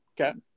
Okay